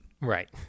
Right